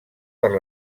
per